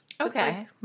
Okay